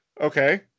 okay